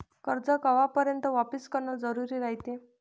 कर्ज कवापर्यंत वापिस करन जरुरी रायते?